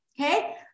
Okay